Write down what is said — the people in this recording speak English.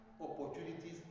opportunities